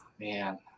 Man